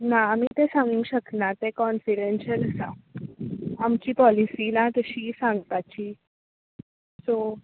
ना आमी ते सांगूक शकना ते कोंफीडेनशियल आसा आमची पॉलिसी ना तशी सांगपाची सो